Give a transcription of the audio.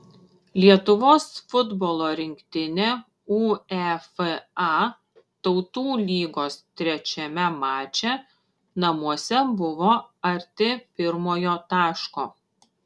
lietuvos futbolo rinktinė uefa tautų lygos trečiame mače namuose buvo arti pirmojo taško